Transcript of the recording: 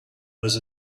was